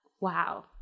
Wow